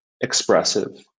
expressive